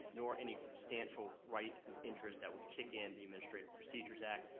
nor any substantial right and interest that would kick in the administrative procedures act.